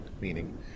meaning